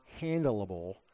handleable